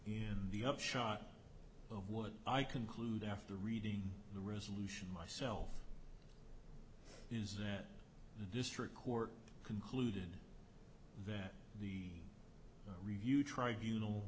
in the upshot of what i concluded after reading the resolution myself using that the district court concluded that the review tribunals